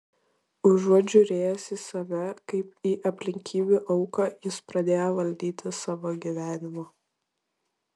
užuot žiūrėjęs į save kaip į aplinkybių auką jis pradėjo valdyti savo gyvenimą